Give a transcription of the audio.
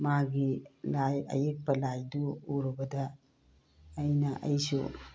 ꯃꯥꯒꯤ ꯂꯥꯏ ꯑꯌꯦꯛꯄ ꯂꯥꯏꯗꯨ ꯎꯔꯨꯕꯗ ꯑꯩꯅ ꯑꯩꯁꯨ